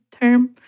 term